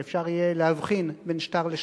שאפשר יהיה להבחין בין שטר לשטר.